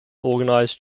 organized